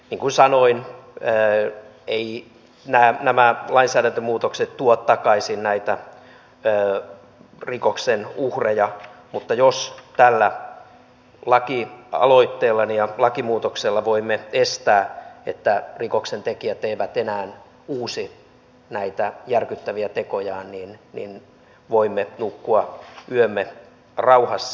niin kuin sanoin eivät nämä lainsäädäntömuutokset tuo takaisin näitä rikoksen uhreja mutta jos tällä lakialoitteellani ja lakimuutoksella voimme estää että rikoksentekijät eivät enää uusi näitä järkyttäviä tekojaan niin voimme nukkua yömme rauhassa